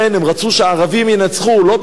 לא מפני שהם יקבלו את ההר,